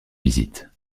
visite